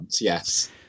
yes